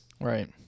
Right